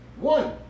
one